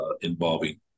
involving